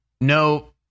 no